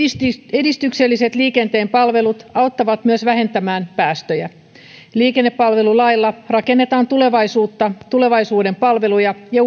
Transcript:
edistykselliset liikenteen palvelut auttavat myös vähentämään päästöjä liikennepalvelulailla rakennetaan tulevaisuutta tulevaisuuden palveluja ja